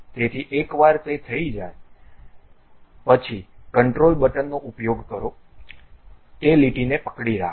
તેથી એકવાર તે થઈ જાય કંટ્રોલ બટનનો ઉપયોગ કરો તે લીટીને પકડી રાખો